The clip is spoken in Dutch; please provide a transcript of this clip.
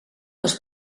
was